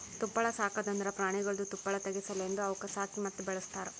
ತುಪ್ಪಳ ಸಾಕದ್ ಅಂದುರ್ ಪ್ರಾಣಿಗೊಳ್ದು ತುಪ್ಪಳ ತೆಗೆ ಸಲೆಂದ್ ಅವುಕ್ ಸಾಕಿ ಮತ್ತ ಬೆಳಸ್ತಾರ್